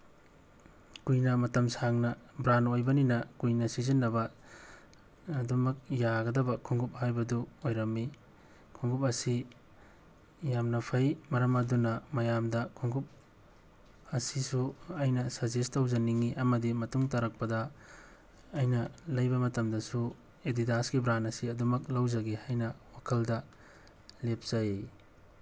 ꯀꯨꯏꯅ ꯃꯇꯝ ꯁꯥꯡꯅ ꯕ꯭ꯔꯥꯟ ꯑꯣꯏꯕꯅꯤꯅ ꯀꯨꯏꯅ ꯁꯤꯖꯤꯟꯅꯕ ꯑꯗꯨꯃꯛ ꯌꯥꯒꯗꯕ ꯈꯣꯡꯎꯨꯞ ꯍꯥꯏꯕꯗꯨ ꯑꯣꯏꯔꯝꯃꯤ ꯈꯣꯡꯎꯨꯞ ꯑꯁꯤ ꯌꯥꯝꯅ ꯐꯩ ꯃꯔꯝ ꯑꯗꯨꯅ ꯃꯌꯥꯝꯗ ꯈꯣꯡꯎꯞ ꯑꯁꯤꯁꯨ ꯑꯩꯅ ꯁꯖꯦꯁ ꯇꯧꯖꯅꯤꯡꯉꯤ ꯑꯃꯗꯤ ꯃꯇꯨꯡ ꯇꯥꯔꯛꯄꯗ ꯑꯩꯅ ꯂꯩꯕ ꯃꯇꯝꯗꯁꯨ ꯑꯦꯗꯤꯗꯥꯁꯀꯤ ꯕ꯭ꯔꯥꯟ ꯑꯁꯤ ꯑꯗꯨꯃꯛ ꯂꯧꯖꯒꯦ ꯍꯥꯏꯅ ꯋꯥꯈꯜꯗ ꯂꯦꯞꯆꯩ